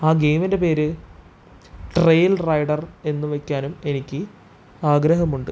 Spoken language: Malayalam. ആ ഗെയിമിൻ്റെ പേര് ട്രെയിൽ റൈഡർ എന്നു വയ്ക്കാനും എനിക്ക് ആഗ്രഹമുണ്ട്